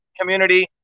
community